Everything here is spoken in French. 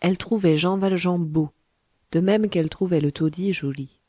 elle trouvait jean valjean beau de même qu'elle trouvait le taudis joli